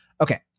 Okay